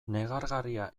negargarria